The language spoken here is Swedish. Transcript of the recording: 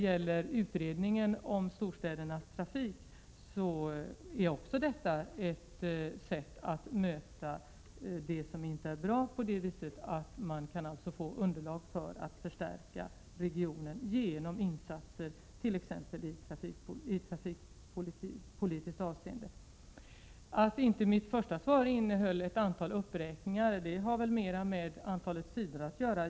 Också utredningen om storstädernas trafik är ett sätt att möta det som inte är bra, på det viset att man härigenom kan få underlag för att förstärka regionen genom insatser t.ex. i trafikpolitiskt avseende. Att mitt första svar inte innehöll ett antal uppräkningar har mera med antalet sidor att göra.